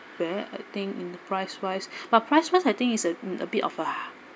bad I think in the price wise but price wise I think it's a mm a bit of a